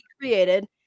created